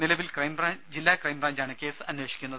നിലവിൽ ജില്ലാ ക്രൈംബ്രാഞ്ച് ആണ് കേസ് അന്വേഷിക്കുന്നത്